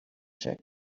check